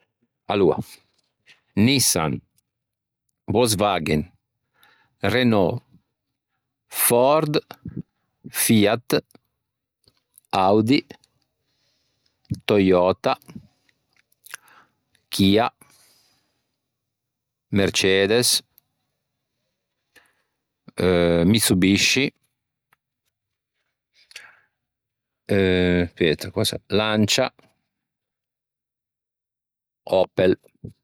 Aloa: Nissan, Wolkswagen, Renault, Ford, Fiat, Audi, Toyota, Kia, Mercedes, Mitsubishi, Lancia, Opel